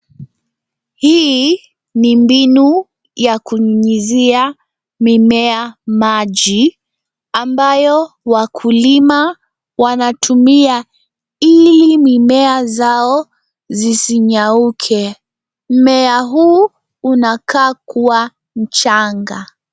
Hii ni mbinu ya kunyunyizia mimea maji, ambayo wakulima wanatumia ili mimea zao zisinyauke. Mmea huu unakaa kuwa mchanga.